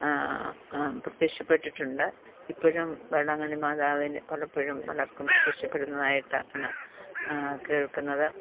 പ്രത്യക്ഷപ്പെട്ടിട്ടുണ്ട് ഇപ്പോഴും വേളാങ്കണ്ണി മാതാവിന് പലപ്പോഴും പലർക്കും പ്രത്യക്ഷപ്പെടുന്നതായിട്ടാണ് കേൾക്കുന്നത്